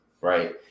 right